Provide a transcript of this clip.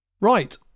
Right